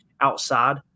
outside